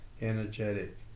energetic